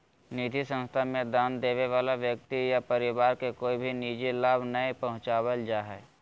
निधि संस्था मे दान देबे वला व्यक्ति या परिवार के कोय भी निजी लाभ नय पहुँचावल जा हय